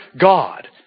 God